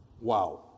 wow